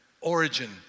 origin